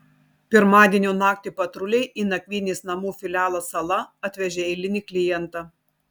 pirmadienio naktį patruliai į nakvynės namų filialą sala atvežė eilinį klientą